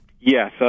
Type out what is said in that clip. Yes